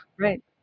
Right